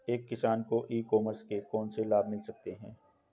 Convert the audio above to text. एक किसान को ई कॉमर्स के कौनसे लाभ मिल सकते हैं?